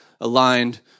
aligned